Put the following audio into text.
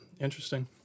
interesting